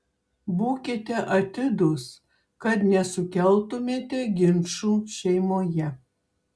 būkite atidūs kad nesukeltumėte ginčų šeimoje